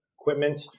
equipment